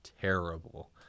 terrible